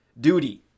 duty